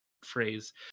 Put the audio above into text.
phrase